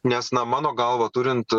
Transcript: nes na mano galva turint